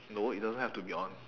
no it doesn't have to be on